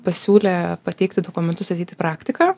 pasiūlė pateikti dokumentus ateit į praktiką